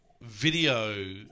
video